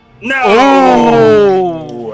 No